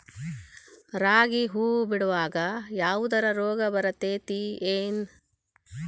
ರಾಗಿ ಹೂವು ಬಿಡುವಾಗ ಯಾವದರ ರೋಗ ಬರತೇತಿ ಏನ್?